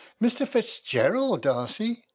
mr. fitzgerald darcy!